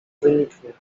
wyniknie